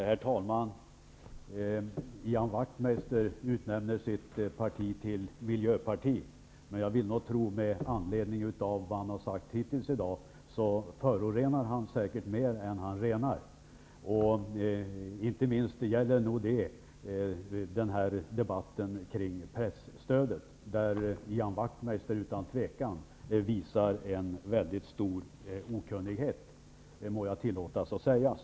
Herr talman! Ian Wachtmeister utnämner sitt parti till ett miljöparti, men jag tror nog, med anledning av vad han har sagt hittills i dag, att han förorenar mer än han renar. Detta gäller inte minst den här debatten kring presstödet, där Ian Wachtmeister utan tvivel visar en mycket stor okunnighet. Det må jag tillåtas säga.